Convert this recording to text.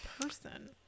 person